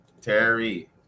Terry